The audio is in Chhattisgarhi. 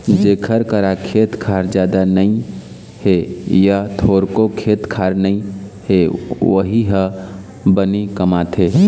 जेखर करा खेत खार जादा नइ हे य थोरको खेत खार नइ हे वोही ह बनी कमाथे